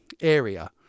area